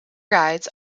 guides